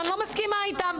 שאני לא מסכימה איתן.